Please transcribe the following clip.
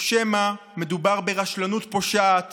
או שמא מדובר ברשלנות פושעת